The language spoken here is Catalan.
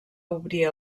obrir